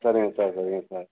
சரிங்க சார் சரிங்க சார்